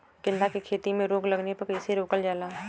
गेंदा की खेती में रोग लगने पर कैसे रोकल जाला?